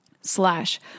slash